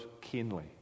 keenly